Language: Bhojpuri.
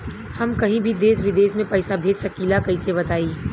हम कहीं भी देश विदेश में पैसा भेज सकीला कईसे बताई?